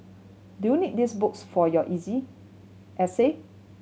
do you need these books for your essay